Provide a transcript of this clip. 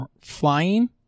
flying